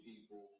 people